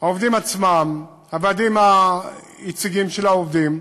העובדים עצמם, הוועדים היציגים של העובדים,